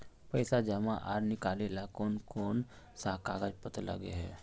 पैसा जमा आर निकाले ला कोन कोन सा कागज पत्र लगे है?